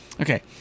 Okay